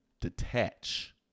detach